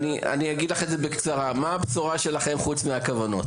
אני אגיד לך את זה בקצרה: מה הבשורה שלכם חוץ מהכוונות?